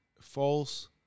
false